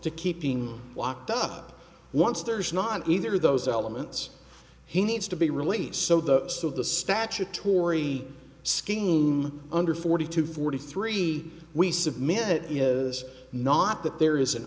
to keep being locked up once there is not either of those elements he needs to be released so the two of the statutory scheme under forty to forty three we submit is not that there is an